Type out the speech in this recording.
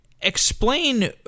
Explain